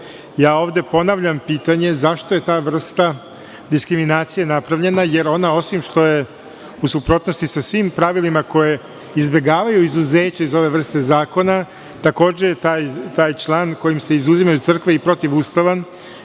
ponavljam pitanje, zašto je ta vrsta diskriminacije napravljena, jer ona osim što je u suprotnosti sa svim pravilima koja izbegavaju izuzeće iz ove vrste zakona, takođe je taj član kojim se izuzimaju crkve i protivustavan